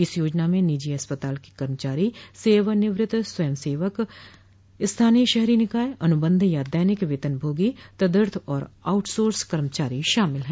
इस योजना में निजी अस्पताल के कर्मचारी सेवानिवृत्त स्वयंसेवक स्थानीय शहरी निकाय अनुबंध या दैनिक वेतनभोगी तदर्थ और आउटसोर्स कर्मचारी शामिल हैं